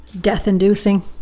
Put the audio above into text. death-inducing